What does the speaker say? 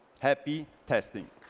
happy testing.